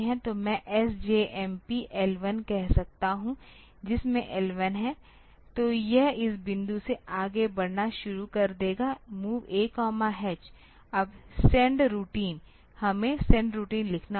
तो मैं SJMP L 1 कह सकता हूं जिसमें L 1 है तो यह इस बिंदु से आगे बढ़ना शुरू कर देगा MOV A H अब सेंड रूटीन हमें सेंड रुटीन लिखना होगा